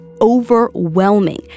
overwhelming